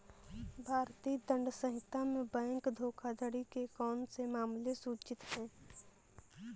भारतीय दंड संहिता में बैंक धोखाधड़ी के कौन से मामले सूचित हैं?